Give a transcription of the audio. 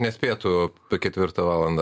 nespėtų apie ketvirtą valandą